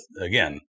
again